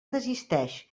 desisteix